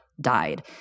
died